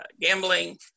gambling